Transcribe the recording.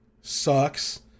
sucks